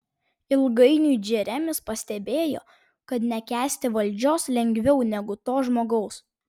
ilgainiui džeremis pastebėjo kad nekęsti valdžios lengviau negu to žmogaus